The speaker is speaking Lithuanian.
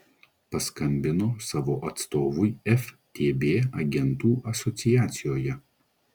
paskambino savo atstovui ftb agentų asociacijoje